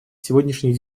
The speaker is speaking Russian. сегодняшних